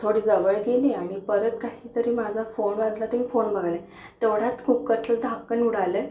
थोडी जवळ गेली आणि परत काही तरी माझा फोन वाजला ते फोन बघाले तेवढ्यात कुक्करचं झाकण उडालं